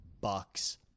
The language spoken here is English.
bucks